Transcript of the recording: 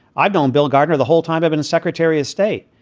i've known bill gardner the whole time. i've been secretary of state.